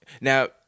Now